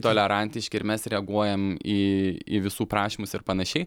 tolerantiški ir mes reaguojam į į visų prašymus ir panašiai